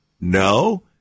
No